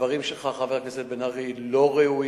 הדברים שלך, חבר הכנסת בן-ארי, לא ראויים.